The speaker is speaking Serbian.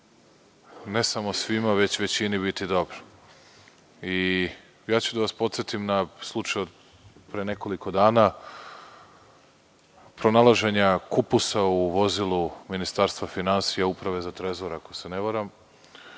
ne samo svima, već većini biti dobro i ja ću da vas podsetim na slučaj od pre nekoliko dana, pronalaženja kupusa u vozilu Ministarstva finansija, Uprave za trezor, ako se ne varam